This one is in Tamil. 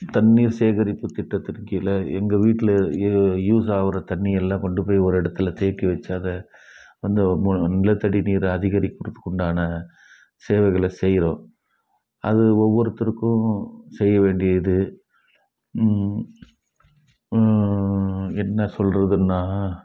தண்ணீர் சேகரிப்பு திட்டத்தின் கீழே எங்கள் வீட்டில் யூஸ் ஆகுற தண்ணியெல்லாம் கொண்டு போய் ஒரு இடத்துல தேக்கி வச்சு அதை அந்த மோ நிலத்தடி நீரை அதிகரிப்பதற்கு உண்டான சேவைகளை செய்கிறோம் அது ஒவ்வொருத்தருக்கும் செய்ய வேண்டிய இது என்ன சொல்றதுனால்